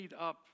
up